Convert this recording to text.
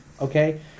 Okay